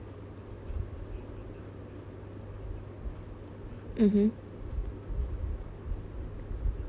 mmhmm